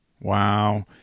Wow